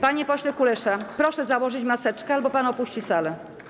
Panie pośle Kulesza, proszę założyć maseczkę, albo pan opuści salę.